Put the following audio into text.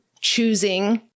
choosing